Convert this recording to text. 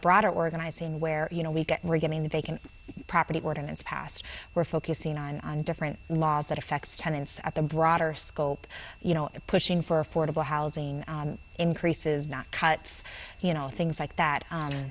broader organizing where you know we get we're getting the vacant property ordinance passed we're focusing on different laws that affects tenants at the broader scope you know pushing for affordable housing increases not cuts you know things like that